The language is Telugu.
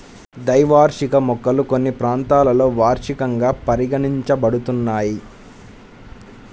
ద్వైవార్షిక మొక్కలు కొన్ని ప్రాంతాలలో వార్షికంగా పరిగణించబడుతున్నాయి